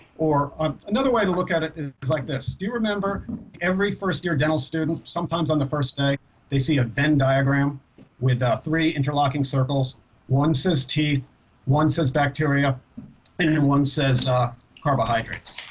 or um another way to look at it is like this do you remember every first-year dental student sometimes on the first day they see a venn diagram with three interlocking circles one says teeth one says bacteria anyone says carbohydrates.